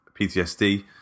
PTSD